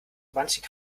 manchem